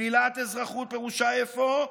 שלילת אזרחות פירושה, אפוא,